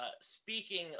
speaking